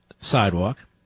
sidewalk